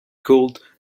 cooled